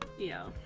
you